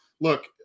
look